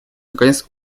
наконец